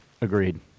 Agreed